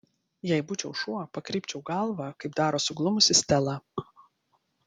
jei būčiau šuo pakreipčiau galvą kaip daro suglumusi stela